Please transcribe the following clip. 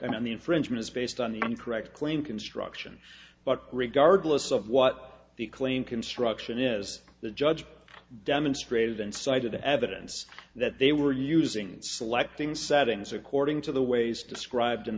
mean the infringement is based on the i'm correct claim construction but regardless of what the claim construction is the judge demonstrated inside of the evidence that they were using and selecting settings according to the ways described